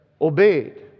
obeyed